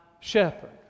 shepherd